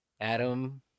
Adam